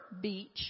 Beach